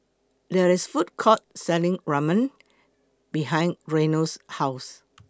There IS A Food Court Selling Ramen behind Reno's House